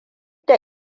da